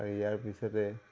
আৰু ইয়াৰ পিছতে